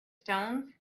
stones